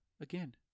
again